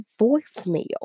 voicemail